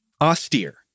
Austere